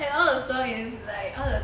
and all the song is like all the